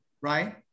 right